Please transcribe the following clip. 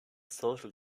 social